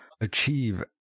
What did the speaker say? achieve